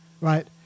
right